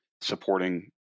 supporting